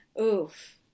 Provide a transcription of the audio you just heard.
Oof